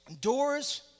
Doors